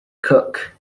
cook